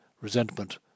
resentment